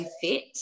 fit